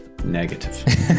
Negative